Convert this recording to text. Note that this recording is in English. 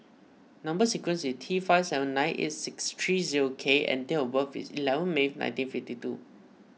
Number Sequence is T five seven nine eight six three zero K and date of birth is eleven May nineteen fifty two